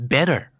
Better